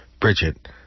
Bridget